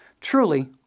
Truly